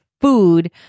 food